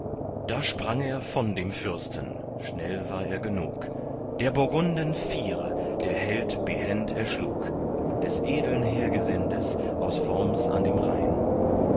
da sprang er von dem fürsten schnell war er genug der burgunden viere der held behend erschlug des edeln heergesindes aus worms an dem rhein